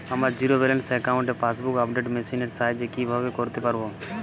আমার zero balance অ্যাকাউন্টে passbook update machine এর সাহায্যে কীভাবে করতে পারব?